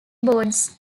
boards